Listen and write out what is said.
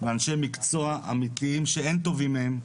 אנשי מקצוע אמתיים שאין טובים מהם.